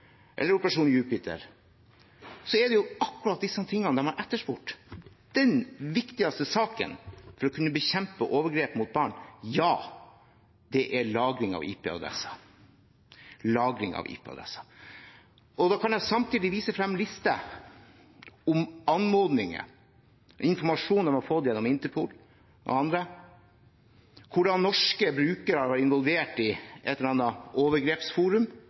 eller operasjon Jupiter, er det jo akkurat dette de har etterspurt. Den viktigste saken for å kunne bekjempe overgrep mot barn, ja, det er lagring av IP-adresser. Jeg kan samtidig vise frem lister om anmodninger, informasjon politiet har fått gjennom Interpol og andre, hvor norske brukere har vært involvert i et eller annet overgrepsforum,